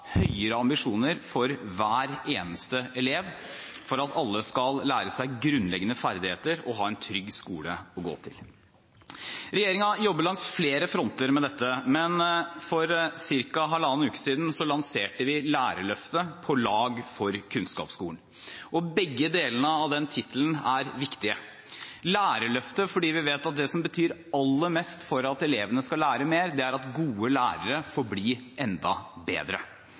høyere ambisjoner for hver eneste elev for at alle skal lære seg grunnleggende ferdigheter og ha en trygg skole å gå til. Regjeringen jobber langs flere fronter med dette. For ca. halvannen uke siden lanserte vi Lærerløftet – På lag for kunnskapsskolen. Begge delene av tittelen er viktige – Lærerløftet fordi vi vet at det som betyr aller mest for at elevene skal lære mer, er at gode lærere får bli enda bedre,